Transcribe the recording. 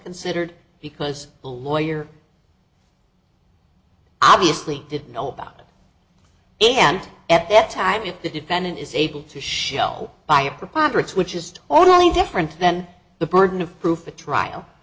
considered because the lawyer obviously didn't know about it and at that time if the defendant is able to show by a preponderance which is totally different then the burden of proof a trial